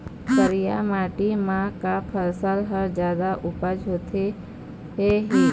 करिया माटी म का फसल हर जादा उपज होथे ही?